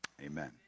Amen